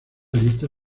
lista